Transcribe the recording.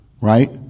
right